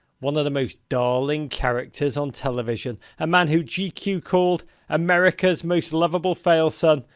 one of the most darling characters on television, a man who gq called, america's most lovable fail son,